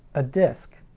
a disc?